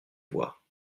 voir